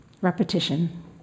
repetition